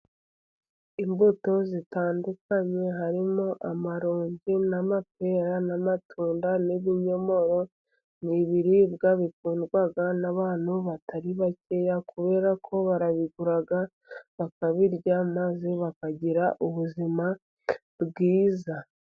Imbuto zitandukanye, harimo amaronji, n'amapera, n'amatunda, n'ibinyomoro, ni ibiribwa bikundwa n'abantu batari bakeya, kubera ko barabigura bakabirya, maze bakagira ubuzima bwiza.